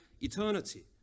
eternity